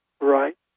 Right